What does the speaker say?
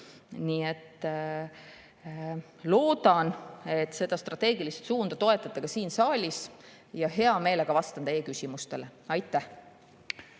Nii et loodan, et seda strateegilist suunda te toetate ka siin saalis. Hea meelega vastan teie küsimustele. Aitäh!